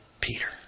Peter